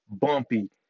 bumpy